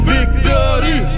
Victory